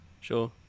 Sure